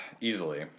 Easily